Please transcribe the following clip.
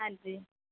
ਹਾਂਜੀ